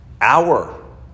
hour